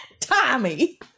Tommy